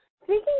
Speaking